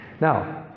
Now